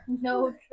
No